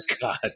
God